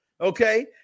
Okay